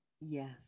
Yes